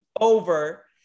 over